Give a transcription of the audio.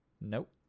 Nope